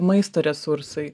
maisto resursai